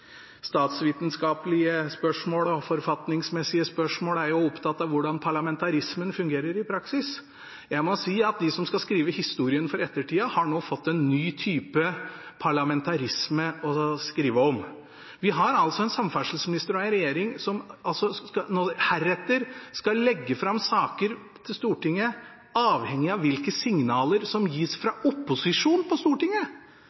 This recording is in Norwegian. statsvitenskapelige spørsmål og forfatningsmessige spørsmål, er opptatt av hvordan parlamentarismen fungerer i praksis. Jeg må si at de som skal skrive historien for ettertida, nå har fått en ny type parlamentarisme å skrive om. Vi har altså en samferdselsminister og en regjering som heretter skal legge fram saker for Stortinget avhengig av hvilke signaler som gis fra opposisjonen på Stortinget,